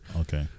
Okay